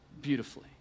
beautifully